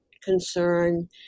Concern